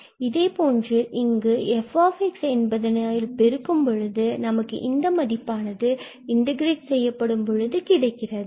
இதே போன்று இங்கும் f என்பதனால் பெருக்கும் பொழுது பின்பு நமக்கு இந்த மதிப்பானது இன்டெகிரெட் செய்யப்படும் பொழுது கிடைக்கிறது